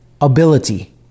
ability